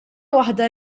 waħda